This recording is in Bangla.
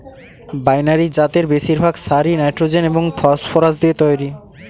বাইনারি জাতের বেশিরভাগ সারই নাইট্রোজেন এবং ফসফরাস দিয়ে তৈরি